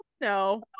No